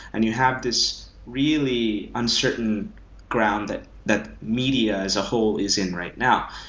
and you have this really uncertain ground that that media as a whole is in right now.